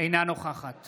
אינה נוכחת